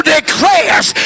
declares